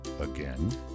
again